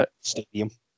stadium